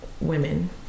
women